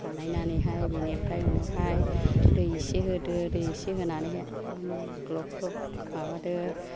बानायनानैहाय बेनिफ्राय उनावहाय दै इसे होदो दै इसे होनानैहाय आराम ग्लब ग्लब माबादो